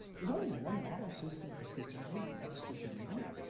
there's only one model system for schizophrenia, and that's the human being.